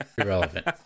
Irrelevant